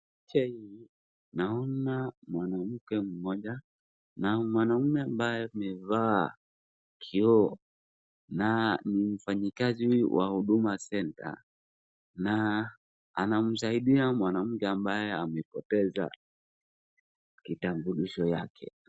Naona mwanamke mmoja na mwanaume ambaye amevaa kioo na ni mfanyikazi huyu wa Huduma Centre na anamsaidia mwanamke ambaye amepoteza kitambulisho yake.